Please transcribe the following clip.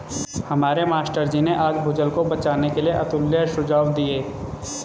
हमारे मास्टर जी ने आज भूजल को बचाने के लिए अतुल्य सुझाव दिए